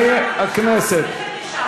חברי הכנסת,